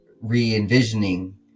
re-envisioning